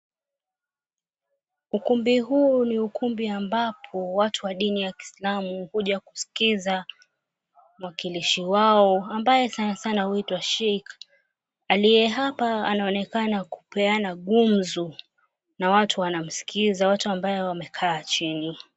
Ukumbi huu ni ukumbi ambapo watu wa dini ya kislamu huja kuskiza mwakilishi wao ambaye sana sana huitwa Sheikh. Aliye hapa anaonekana kupeana gumzo na watu wanamsikiza watu ambao wamekaaa chini.